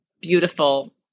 beautiful